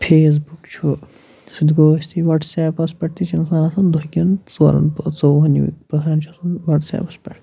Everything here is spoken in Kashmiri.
فیس بُک چھُ سُہ تہِ گوٚو ٲسۍتٕے وَٹسیپَس پٮ۪ٹھ تہِ چھِ اِنسان آسان دۄہ کٮ۪ن ژورَن پٲ ژۄوُہ ہَنٕے پٔہرَن چھُ آسان وَٹسیپَس پٮ۪ٹھ